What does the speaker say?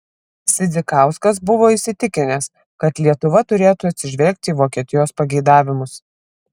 sidzikauskas buvo įsitikinęs kad lietuva turėtų atsižvelgti į vokietijos pageidavimus